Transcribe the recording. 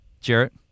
Jarrett